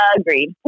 Agreed